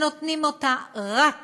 שנותנים אותה רק